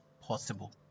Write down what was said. possible